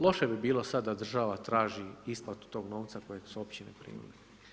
Loše bi bilo sada da država traži isplatu tog novca kojeg su općine primile.